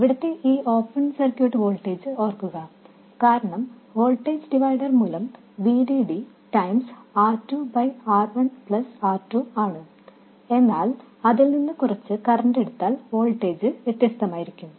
ഇവിടെത്തെ ഈ open circuit voltage ഓർക്കുക കാരണം വോൾട്ടേജ് ഡിവിഡർ മൂലം VDD R2 R1 R2 ആണ് എന്നാൽ അതിൽ നിന്ന് കുറച്ച് കറൻറ് എടുത്താൽ വോൾട്ടേജ് വ്യത്യസ്തമായിരിക്കും